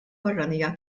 barranija